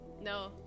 No